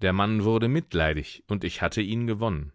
der mann wurde mitleidig und ich hatte ihn gewonnen